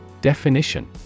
Definition